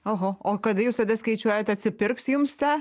oho o kada jūs skaičiuojat atsipirks jums ta